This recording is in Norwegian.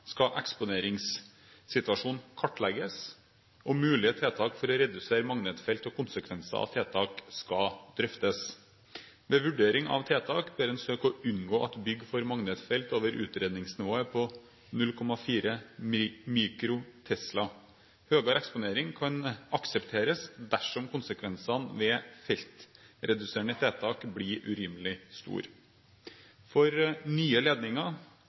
skal eksponeringssituasjonen kartlegges, og mulige tiltak for å redusere magnetfelt og konsekvenser av tiltak skal drøftes. Ved vurdering av tiltak bør en søke å unngå at bygg får magnetfelt over utredningsnivået på 0,4 mikrotesla. Høyere eksponering kan aksepteres dersom konsekvensene ved feltreduserende tiltak blir urimelig store. For nye ledninger